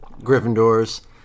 Gryffindors